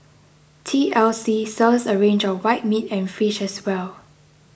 T L C serves a range of white meat and fish as well